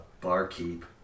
barkeep